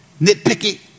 nitpicky